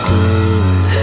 good